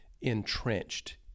entrenched